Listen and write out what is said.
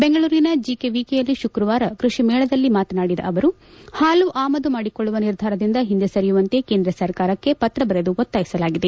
ಬೆಂಗಳೂರಿನ ಜಿಕೆವಿಕೆಯಲ್ಲಿ ಶುಕ್ರವಾರ ಕೃಷಿ ಮೇಳದಲ್ಲಿ ಮಾತನಾಡಿದ ಅವರು ಹಾಲು ಆಮದು ಮಾಡಿಕೊಳ್ಳುವ ನಿರ್ಧಾರದಿಂದ ಹಿಂದೆ ಸರಿಯುವಂತೆ ಕೇಂದ್ರ ಸರ್ಕಾರಕ್ಷೆ ಪತ್ರ ಬರೆದು ಒತ್ತಾಯಿಸಲಾಗಿದೆ